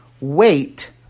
wait